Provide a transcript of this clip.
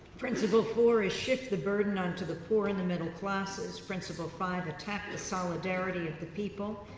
principle four is shift the burden onto the poor and the middle classes. principle five, attack the solidarity of the people.